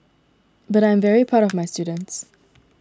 but I am very proud of my students